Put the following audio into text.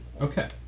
Okay